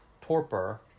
torpor